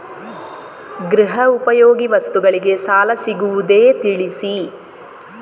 ಗೃಹ ಉಪಯೋಗಿ ವಸ್ತುಗಳಿಗೆ ಸಾಲ ಸಿಗುವುದೇ ತಿಳಿಸಿ?